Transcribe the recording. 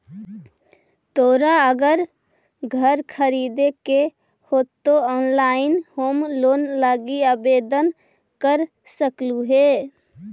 तोरा अगर घर खरीदे के हो त तु ऑनलाइन होम लोन लागी आवेदन कर सकलहुं हे